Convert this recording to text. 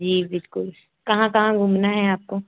जी बिल्कुल कहाँ कहाँ घूमना है आपको